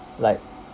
like